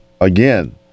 again